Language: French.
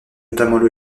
notamment